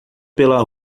pela